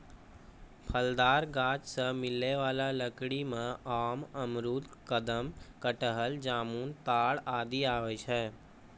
फलदार गाछ सें मिलै वाला लकड़ी में आम, अमरूद, कदम, कटहल, जामुन, ताड़ आदि आवै छै